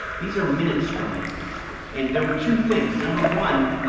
these are minutes from it and there were two things, number one,